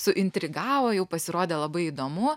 suintrigavo jau pasirodė labai įdomu